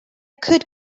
could